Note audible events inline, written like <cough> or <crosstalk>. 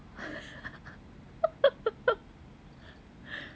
<laughs>